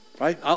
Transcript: Right